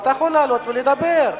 ואתה יכול לעלות ולדבר.